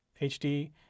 HD